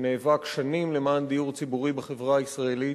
שנאבק שנים למען דיור ציבורי בחברה הישראלית,